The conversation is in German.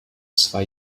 zwei